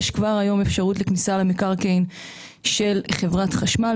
כבר היום יש אפשרות כניסה למקרקעין של חברת החשמל,